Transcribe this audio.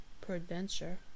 peradventure